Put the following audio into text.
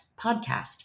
podcast